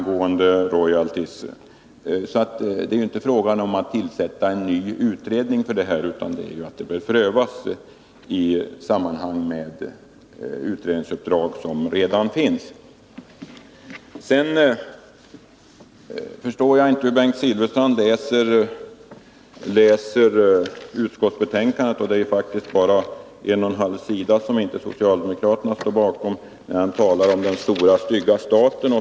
Det är således inte fråga om att tillsätta ytterligare en utredning. Jag förstår inte hur Bengt Silfverstrand läser utskottsbetänkandet. Det är faktiskt bara texten på en och en halv sida som inte socialdemokraterna står bakom. Bengt Silfverstrand talar om den stora stygga staten.